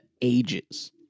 ages